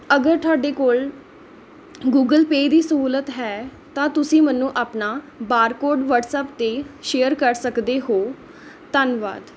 ਅਗਰ ਤੁਹਾਡੇ ਕੋਲ਼ ਗੂਗਲ ਪੇ ਦੀ ਸਹੂਲਤ ਹੈ ਤਾਂ ਤੁਸੀਂ ਮੈਨੂੰ ਆਪਣਾ ਬਾਰਕੋਡ ਵੱਟਸਐਪ 'ਤੇ ਸ਼ੇਅਰ ਕਰ ਸਕਦੇ ਹੋ ਧੰਨਵਾਦ